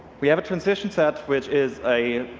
we have a transition set which is a